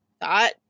thought